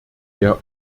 der